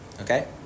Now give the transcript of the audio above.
Okay